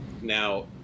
now